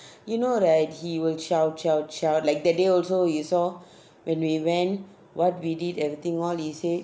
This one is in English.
you know right he will like that day also you saw when we went what we did everything all he said